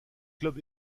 club